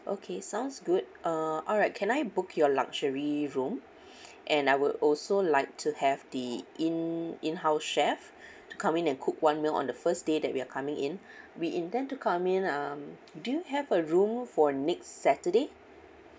okay sounds good uh alright can I book your luxury room and I would also like to have the in in house chef to come in and cook one meal on the first day that we're coming in we intend to come in um do you have a room for next saturday